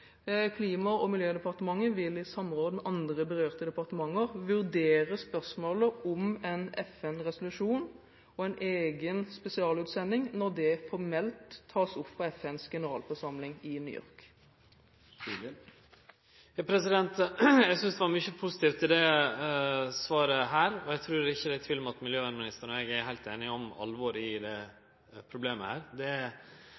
Klima- og miljødepartementet vil i samråd med andre berørte departementer vurdere spørsmålet om en FN-resolusjon og en egen spesialutsending når det formelt tas opp i FNs generalforsamling i New York. Eg synest det var mykje positivt i det svaret, og eg trur ikkje det er tvil om at miljøministeren og eg er heilt einige om alvoret i